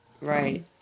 Right